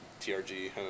TRG